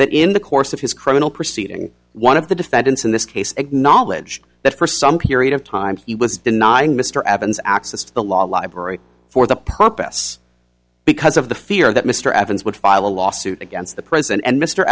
that in the course of his criminal proceeding one of the defendants in this case acknowledged that for some period of time he was denying mr evans access to the law library for the purpose because of the fear that mr evans would file a lawsuit against the president and mr